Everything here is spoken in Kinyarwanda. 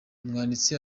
umwanditsi